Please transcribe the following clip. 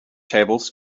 tables